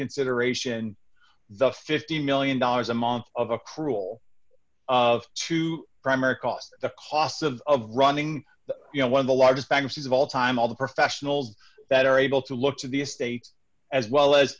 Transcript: consideration the fifteen million dollars a month of a cruel of two primary costs the costs of of running you know one dollar of the largest banks of all time all the professionals that are able to look to the estates as well as